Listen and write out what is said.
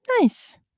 Nice